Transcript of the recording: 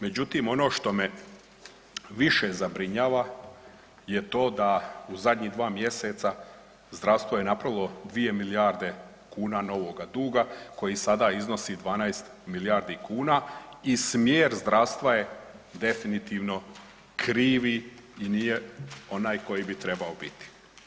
Međutim, ono što me više zabrinjava je to da u zadnji 2 mjeseca zdravstvo je napravilo 2 milijarde kuna novoga duga koji sada iznosi 12 milijardi kuna i smjer zdravstva je definitivno krivi i nije onaj koji bi trebao biti.